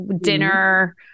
dinner